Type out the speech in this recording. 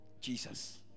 Jesus